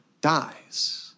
dies